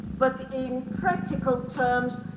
but in practical terms,